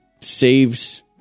saves